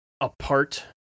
apart